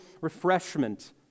refreshment